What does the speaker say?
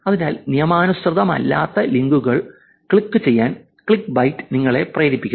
അതിനാൽ നിയമാനുസൃതമല്ലാത്ത ലിങ്കുകളിൽ ക്ലിക്ക് ചെയ്യാൻ ക്ലിക്ക്ബൈറ്റിംഗ് നിങ്ങളെ പ്രേരിപ്പിക്കുന്നു